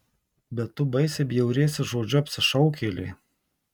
bet tu baisiai bjauriesi žodžiu apsišaukėlė